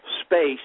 space